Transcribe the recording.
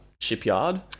shipyard